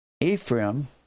Ephraim